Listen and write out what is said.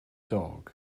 dog